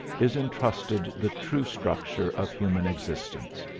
is intrusted the true structure of human existence.